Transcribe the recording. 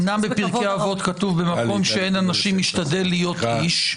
אומנם בפרקי אבות כתוב "במקום שאין אנשים השתדל להיות איש",